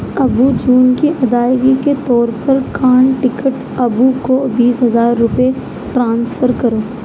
ابو June کی ادائیگی کے طور پر کان ٹکٹ ابو کو بیس ہزار روپے ٹرانسفر کرو